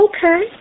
Okay